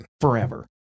forever